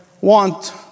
want